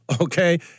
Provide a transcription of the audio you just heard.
okay